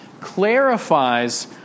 clarifies